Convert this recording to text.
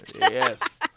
Yes